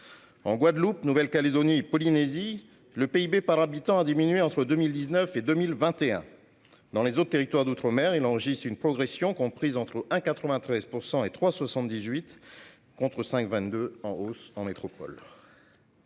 En Guadeloupe, Nouvelle-Calédonie et Polynésie française, le PIB par habitant a diminué entre 2019 et 2021. Dans les autres territoires d'outre-mer, il enregistre une progression comprise entre 1,93 % et 3,78 %, contre 5,22 % en métropole.